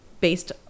based